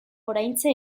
oraintxe